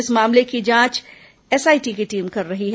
इस मामले की जांच एसआईटी की टीम कर रही है